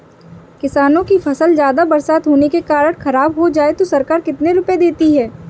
किसानों की फसल ज्यादा बरसात होने के कारण खराब हो जाए तो सरकार कितने रुपये देती है?